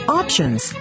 options